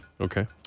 Okay